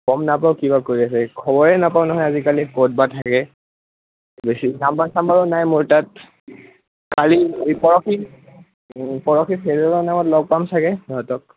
গম নাপাওঁ কিবা কৰি আছে এই খবৰেই নাপাওঁ নহয় আজিকালি ক'তবা থাকে বেছি নাম্বাৰ চাম্বাৰো নাই মোৰ তাত কালি এই পৰশি পৰশি ফেৰিয়েলৰ নামত লগ পাম চাগে সিহঁতক